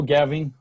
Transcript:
Gavin